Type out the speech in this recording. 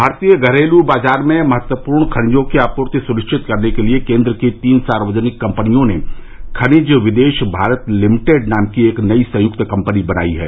भारतीय घरेलू बाजार में महत्वपूर्ण खनिजों की आपूर्ति सुनिश्चित करने के लिए केंद्र की तीन सार्वजानिक कंपनियों ने खनिज विदेश भारत लिमिटेड नाम की एक नई संयुक्त कंपनी बनायी है